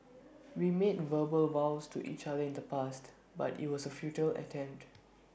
we made verbal vows to each other in the past but IT was A futile attempt